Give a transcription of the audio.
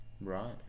Right